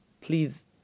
please